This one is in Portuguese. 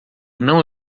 não